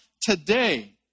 today